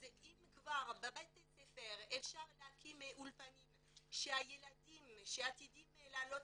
אז אם כבר בבתי ספר אפשר להקים אולפנים שהילדים שעתידים לעלות